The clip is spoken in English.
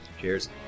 cheers